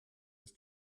ist